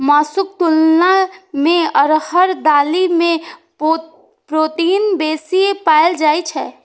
मासुक तुलना मे अरहर दालि मे प्रोटीन बेसी पाएल जाइ छै